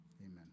amen